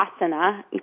asana